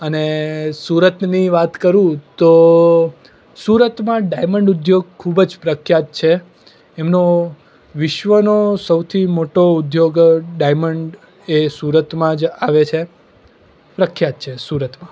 અને સુરતની વાત કરું તો સુરતમાં ડાયમંડ ઉદ્યોગ ખૂબ જ પ્રખ્યાત છે એમનો વિશ્વનો સૌથી મોટો ઉદ્યોગ ડાયમંડ એ સુરતમાં જ આવે છે પ્રખ્યાત છે સુરતમાં